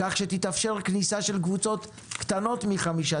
כך שתתאפשר כניסה של קבוצות קטנות מחמישה